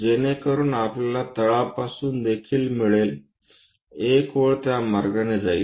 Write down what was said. जेणेकरून आपल्याला तळापासून देखील मिळेल एक ओळ त्या मार्गाने जाईल